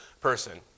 person